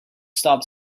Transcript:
stop